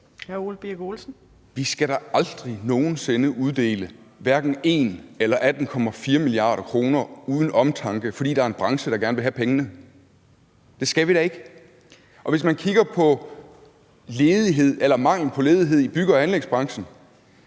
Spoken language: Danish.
Vi skal da aldrig nogen sinde uddele hverken 1 eller 18,4 mia. kr. uden omtanke, fordi der er en branche, der gerne vil have pengene. Det skal vi da ikke. Og hvis man kigger på tallene over ledighed eller mangel